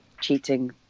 cheating